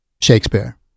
Shakespeare